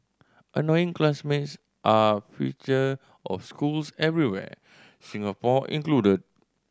annoying classmates are feature of schools everywhere Singapore included